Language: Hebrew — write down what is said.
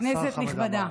כנסת נכבדה,